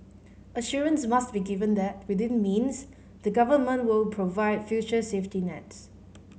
assurance must be given that within means the government will provide future safety nets